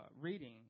reading